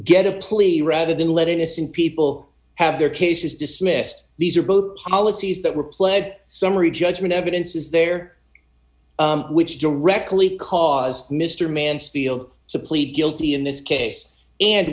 plea rather than let innocent people have their cases dismissed these are both policies that were pled summary judgment evidence is there which directly caused mr mansfield to plead guilty in this case and